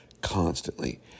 constantly